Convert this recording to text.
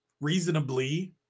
reasonably